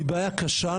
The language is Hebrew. היא בעיה קשה.